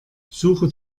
suche